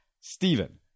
Stephen